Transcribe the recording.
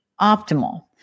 optimal